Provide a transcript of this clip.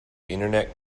internet